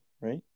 right